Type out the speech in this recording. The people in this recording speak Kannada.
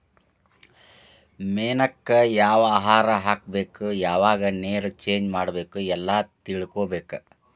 ಮೇನಕ್ಕ ಯಾವ ಆಹಾರಾ ಹಾಕ್ಬೇಕ ಯಾವಾಗ ನೇರ ಚೇಂಜ್ ಮಾಡಬೇಕ ಎಲ್ಲಾ ತಿಳಕೊಬೇಕ